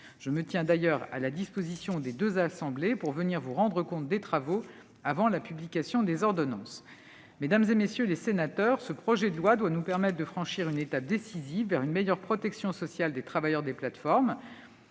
Je me tiens d'ailleurs à la disposition des deux assemblées pour rendre compte devant elles de ces travaux avant la publication des ordonnances. Mesdames, messieurs les sénateurs, ce projet de loi doit nous permettre de franchir une étape décisive vers une meilleure protection sociale des travailleurs des plateformes.